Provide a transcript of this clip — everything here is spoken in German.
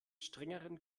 strengeren